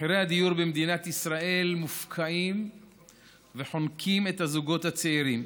מחירי הדיור במדינת ישראל מופקעים וחונקים את הזוגות הצעירים.